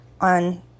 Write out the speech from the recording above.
on